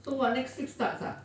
so what next week starts ah